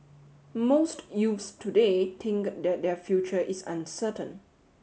most youths today think that their future is uncertain